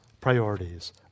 priorities